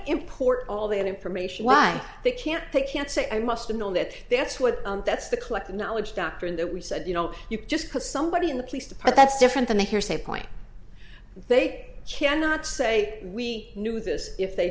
import all the information why they can't they can't say i must know that that's what that's the collective knowledge doctor that we said you know you just put somebody in the police the part that's different than the hearsay point they cannot say we knew this if they